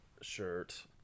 shirt